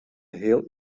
heel